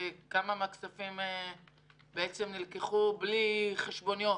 כמה מן הכספים נלקחו בלי חשבוניות?